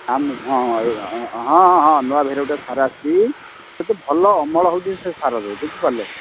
ଆମ ହଁ ହଁ ହଁ ହଁ ହଁ ନୂଆ ଭେରାଇଟିର ସାର ଆସିଛି କିନ୍ତୁ ଭଲ ଅମଳ ହେଉଛି ସେ ସାରରେ ବୁଝି ପାରିଲେ